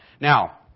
Now